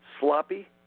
sloppy